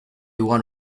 one